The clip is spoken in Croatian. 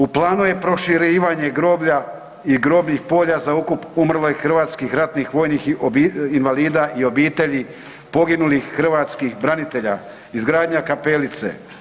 U planu je proširivanje groblja i grobnih polja za ukop umrlih hrvatskih ratnih vojnih invalida i obitelji poginulih hrvatskih branitelja, izgradnja kapelice.